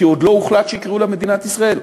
כי עוד לא הוחלט שיקראו לה מדינת ישראל.